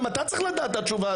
גם אתה צריך לדעת את התשובה,